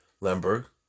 Lemberg